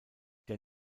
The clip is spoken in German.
der